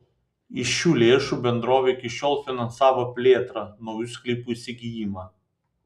iš šių lėšų bendrovė iki šiol finansavo plėtrą naujų sklypų įsigijimą